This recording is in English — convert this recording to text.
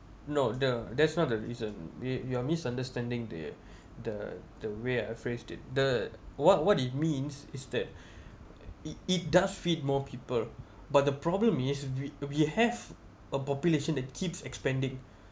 no the that's not the reason you you are misunderstanding the the the way I phrased it the what what it means is that it it does feed more people but the problem is we we have a population that keeps expanding